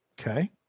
Okay